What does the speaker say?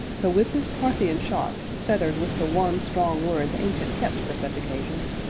so, with this parthian shot, feathered with the one strong word the ancient kept for such occasions,